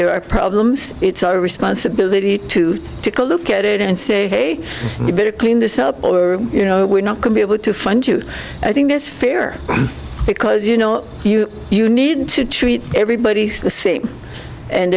there are problems it's our responsibility to take a look at it and say hey you better clean this up or you you know we're not going be able to fund you i think is fair because you know you you need to treat everybody the same and